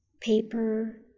paper